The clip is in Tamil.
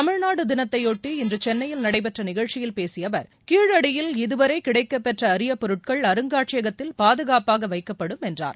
தமிழ்நாடு தினத்தையொட்டி இன்று சென்னையில் நடைபெற்ற நிகழ்ச்சியில் பேசிய அவர் கீழடியில் இதுவரை கிடைக்கப் பெற்ற அரிய பொருட்கள் அருங்காட்சியகத்தில் பாதுகாப்பாக வைக்கப்படும் என்றார்